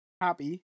happy